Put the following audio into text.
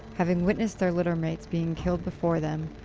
having witnessed their litter mates being killed before them,